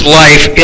life